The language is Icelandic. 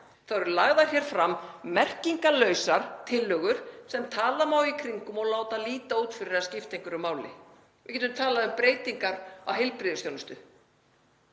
þá eru lagðar hér fram merkingarlausar tillögur sem tala má í kringum og láta líta út fyrir að skipti einhverju máli. Við getum talað um breytingar á heilbrigðisþjónustu,